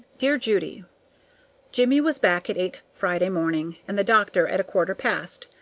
dear judy jimmie was back at eight friday morning, and the doctor at a quarter past.